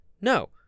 No